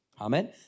Amen